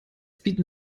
bieten